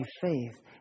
faith